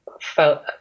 felt